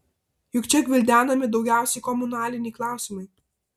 juk čia gvildenami daugiausiai komunaliniai klausimai